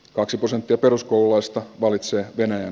kaksi prosenttia peruskoululaista valitsee pieneen